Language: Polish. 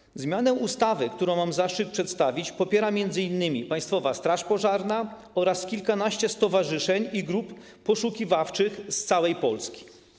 Projekt zmiany ustawy, który mam zaszczyt przedstawić, popiera m.in. Państwowa Straż Pożarna oraz kilkanaście stowarzyszeń i grup poszukiwawczych z całej Polski.